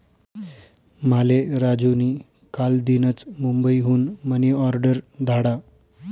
माले राजू नी कालदीनच मुंबई हुन मनी ऑर्डर धाडा